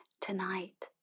Tonight